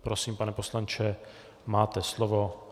Prosím, pane poslanče, máte slovo.